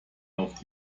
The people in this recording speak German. auf